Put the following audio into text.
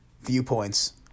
viewpoints